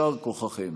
יישר כוחכם.